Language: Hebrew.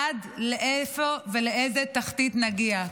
עד לאיפה ולאיזו תחתית נגיע?